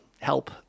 help